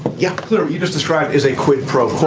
yeah you just described is a quid pro